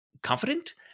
confident